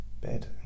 bed